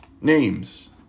names